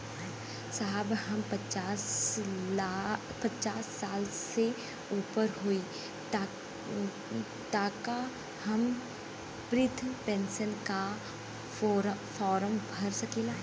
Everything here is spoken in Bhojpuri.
साहब हम पचास साल से ऊपर हई ताका हम बृध पेंसन का फोरम भर सकेला?